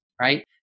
right